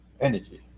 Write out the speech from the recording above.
Energy